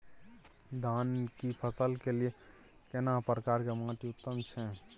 धान की फसल के लिये केना प्रकार के माटी उत्तम छै?